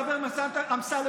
חבר הכנסת אמסלם,